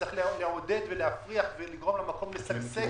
שצריך לעודד ולהפריח ולגרום למקום לשגשג